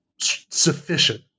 sufficient